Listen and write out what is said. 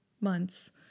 months